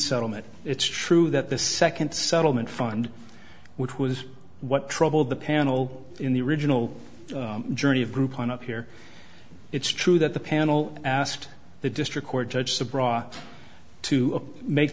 settlement it's true that the second settlement fund which was what troubled the panel in the original journey of groupon up here it's true that the panel asked the district court judge the brought to make